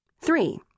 three